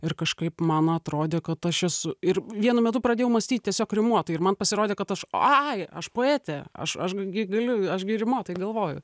ir kažkaip man atrodė kad aš esu ir vienu metu pradėjau mąstyt tiesiog rimuotai ir man pasirodė kad aš ai aš poetė aš aš gi galiu aš gi rimuotai galvoju